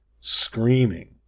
Screaming